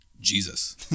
jesus